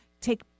take